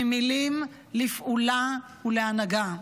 ממילים לפעולה ולהנהגה.